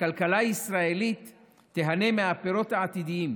הכלכלה הישראלית תיהנה מהפירות העתידיים,